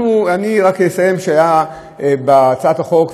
אני רק אציין שבהצעת החוק,